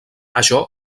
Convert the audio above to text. això